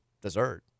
dessert